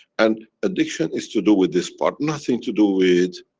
and addiction is to do with this part, nothing to do with,